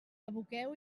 aboqueu